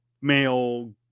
male